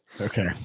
Okay